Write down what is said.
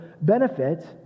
benefit